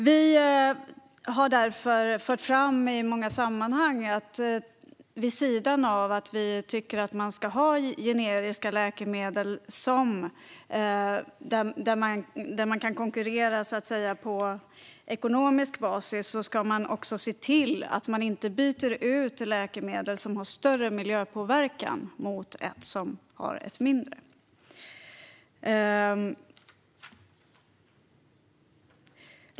Vi har i många sammanhang fört fram att man, vid sidan av att ha generiska läkemedel så att man kan konkurrera på ekonomisk basis, ska se till att man inte byter ut läkemedel som har mindre miljöpåverkan mot sådana som har större miljöpåverkan.